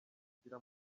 ashyira